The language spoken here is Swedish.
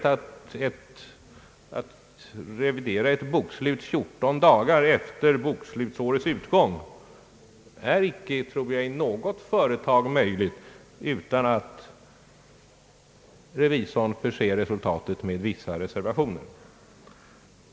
Jag tror inte att det i något företag är möjligt att revidera ett bokslut 14 dagar efter bokföringsårets utgång utan att revisorn måste förse resultatet med vissa reservationer.